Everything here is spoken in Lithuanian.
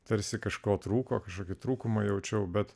tarsi kažko trūko kažkokį trūkumą jaučiau bet